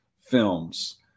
films